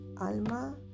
alma